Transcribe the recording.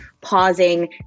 pausing